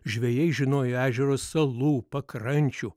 žvejai žinojo ežero salų pakrančių